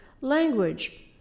language